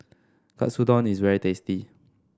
Katsudon is very tasty